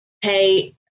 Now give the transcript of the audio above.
Hey